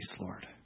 Lord